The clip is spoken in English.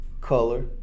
color